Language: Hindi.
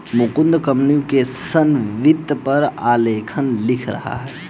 मुकुंद कम्प्यूटेशनल वित्त पर आलेख लिख रहा है